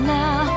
now